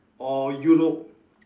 or Europe